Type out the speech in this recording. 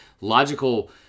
logical